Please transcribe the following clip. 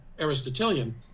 Aristotelian